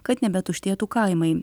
kad nebetuštėtų kaimai